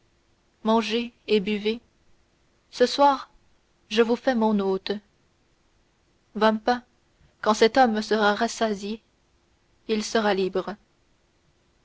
mangez et buvez ce soir je vous fais mon hôte vampa quand cet homme sera rassasié il sera libre